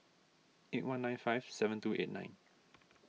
eight one nine five seven two eight nine